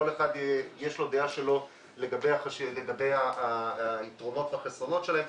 לכל אחד יש את הדעה שלו לגבי היתרונות והחסרונות שלהם.